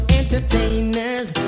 entertainers